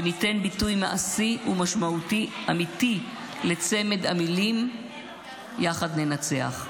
וניתן ביטוי מעשי ומשמעותי אמיתי לצמד המילים "יחד ננצח".